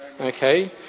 Okay